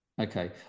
Okay